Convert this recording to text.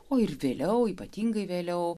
o ir vėliau ypatingai vėliau